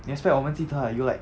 你 expect 我们记得啊有 like